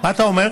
מה אתה אומר?